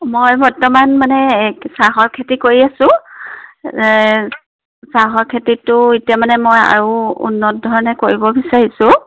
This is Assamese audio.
মই বৰ্তমান মানে এই চাহৰ খেতি কৰি আছো চাহৰ খেতিটো এতিয়া মানে মই আৰু উন্নত ধৰণে কৰিব বিচাৰিছোঁ